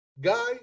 guy